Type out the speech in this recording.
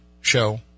show